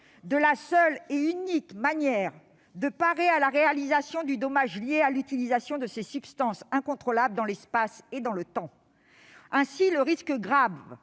de la seule et unique manière de parer à la réalisation du dommage lié à l'utilisation de ces substances incontrôlables dans l'espace et dans le temps. Ainsi, le risque grave